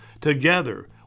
Together